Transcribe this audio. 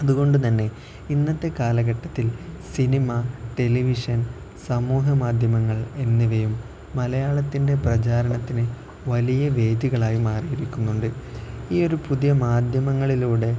അതുകൊണ്ട് തന്നെ ഇന്നത്തെ കാലഘട്ടത്തിൽ സിനിമ ടെലിവിഷൻ സമൂഹമാധ്യമങ്ങൾ എന്നിവയും മലയാളത്തിൻ്റെ പ്രചാരണത്തിന് വലിയ വേദികളായി മാറിയിരിക്കുന്നുണ്ട് ഈയൊരു പുതിയ മാധ്യമങ്ങളിലൂടെ